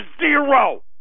zero